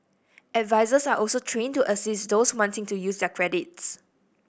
advisers are also trained to assist those wanting to use their credits